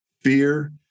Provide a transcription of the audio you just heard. fear